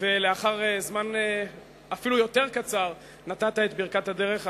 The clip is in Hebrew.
ולאחר זמן אפילו יותר קצר, נתת את ברכת הדרך.